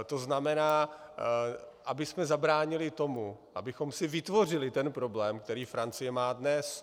To znamená, abychom zabránili tomu, abychom si vytvořili ten problém, který Francie má dnes.